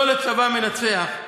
לא לצבא מנצח,